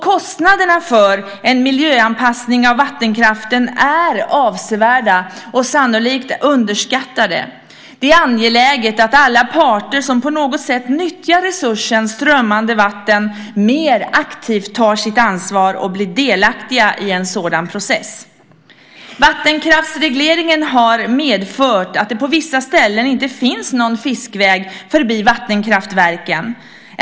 Kostnaderna för en miljöanpassning av vattenkraften är avsevärda och sannolikt underskattade. Det är angeläget att alla parter som på något sätt nyttjar resursen strömmande vatten mer aktivt tar sitt ansvar och blir delaktiga i en sådan process. Vattenkraftsregleringen har medfört att det på vissa ställen inte finns någon fiskväg förbi vattenkraftverken.